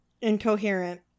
Incoherent